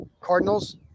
Cardinals